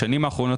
בשנים האחרונות,